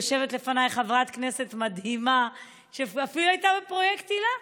יושבת לפניי חברת כנסת מדהימה שאף היא הייתה בפרויקט היל"ה,